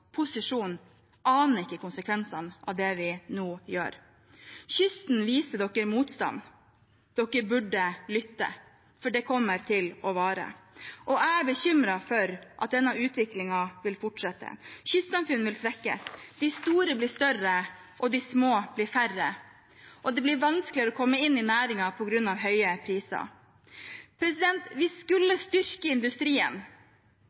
ikke aner konsekvensene av det den nå gjør. Kysten viser dere motstand. Dere burde lytte, for det kommer til å vare. Jeg er bekymret for at denne utviklingen vil fortsette. Kystsamfunn vil svekkes. De store blir større, og de små blir færre, og det blir vanskeligere å komme inn i næringen på grunn av høye priser. Vi